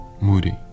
moody